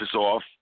off